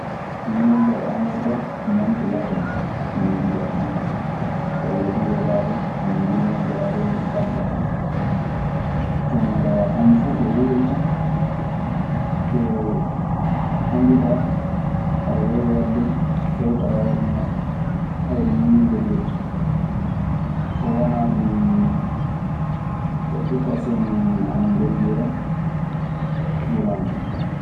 Minen kaa ɗo amen ɗo mantilaton min ngujata hen, walla duu yoggaaɓe ana ngulna njaareendi ɗabba hen. jonkaa, homo fuu ko woowi tan. Ko annduɗaa aɗe woowi waɗde so kewtaa hoore maa fu, non nii ngollirtaa. So wanaa ɗun woɓɓe kaseŋ ana ngollira bulanga.